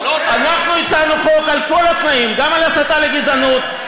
אנחנו הצענו חוק על כל התנאים: גם על הסתה לגזענות,